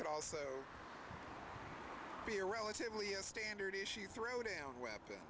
could also be a relatively a standard issue threw down weapon